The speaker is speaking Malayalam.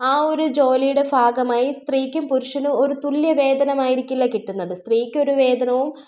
ആ ഒരു ജോലിയുടെ ഭാഗമായി സ്ത്രീക്കും പുരുഷനും ഒരു തുല്യ വേതനം ആയിരിക്കില്ല കിട്ടുന്നത് സ്ത്രീക്ക് ഒരു വേതനവും